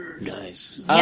Nice